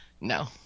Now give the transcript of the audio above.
No